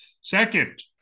Second